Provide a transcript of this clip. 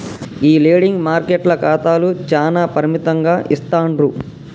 ఈ లెండింగ్ మార్కెట్ల ఖాతాలు చానా పరిమితంగా ఇస్తాండ్రు